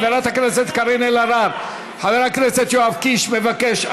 חברת הכנסת קארין אלהרר, חבר הכנסת יואב קיש מבקש.